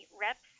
Reps